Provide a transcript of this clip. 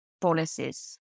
policies